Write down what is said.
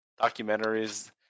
documentaries